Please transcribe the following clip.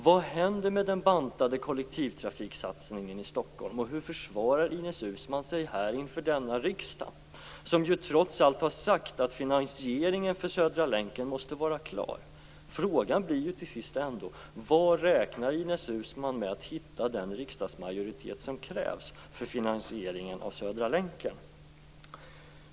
Vad händer med den bantade kollektivtrafiksatsningen i Stockholm? Hur försvarar sig Ines Uusmann inför riksdagen, som ju trots allt har sagt att finansieringen av Södra länken måste vara klar? Frågan blir till sist: Var räknar Ines Uusmann med att hitta den riksdagsmajoritet som krävs för finansieringen av Södra länken?